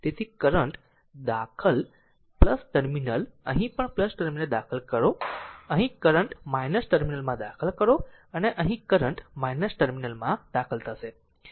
તેથી કરંટ દાખલ ટર્મિનલ અહીં પણ ટર્મિનલ દાખલ કરો અહીં કરંટ ટર્મિનલ માં દાખલ કરો અને અહીં કરંટ ટર્મિનલમાં દાખલ થશે તેથી